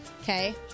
okay